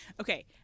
Okay